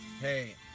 Hey